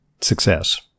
success